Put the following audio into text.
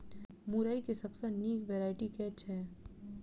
मुरई केँ सबसँ निक वैरायटी केँ छै?